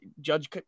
judge